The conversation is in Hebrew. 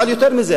אבל יותר מזה,